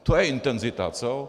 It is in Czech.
To je intenzita, co?